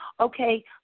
okay